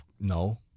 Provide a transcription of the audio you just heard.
No